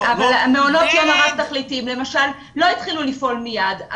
המעונות יום --- למשל לא התחילו לפעול מיד,